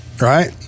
right